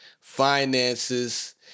finances